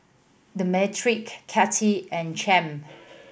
Demetri Kitty and Champ